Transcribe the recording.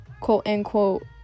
quote-unquote